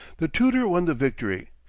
the tutor won the victory.